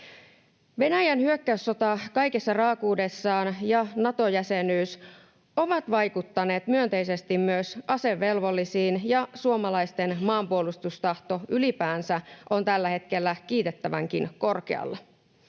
Venäjän hyökkäyssota kaikessa raakuudessaan ja Nato-jäsenyys ovat vaikuttaneet myönteisesti myös asevelvollisiin, ja suomalaisten maanpuolustustahto ylipäänsä on tällä hetkellä kiitettävänkin korkealla.